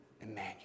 Emmanuel